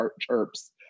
chirps